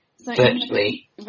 Virtually